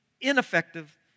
ineffective